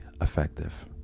effective